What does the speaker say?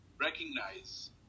recognize